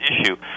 issue